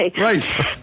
Right